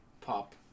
pop